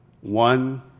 one